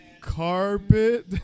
carpet